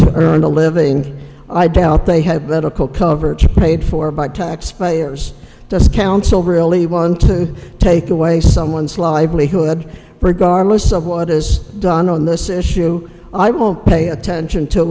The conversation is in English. to earn a living i doubt they had better call coverage paid for by taxpayers does council really want to take away someone's livelihood regardless of what is done on this issue i won't pay attention to